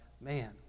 man